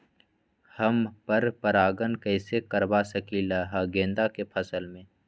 हम पर पारगन कैसे करवा सकली ह गेंदा के फसल में?